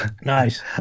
nice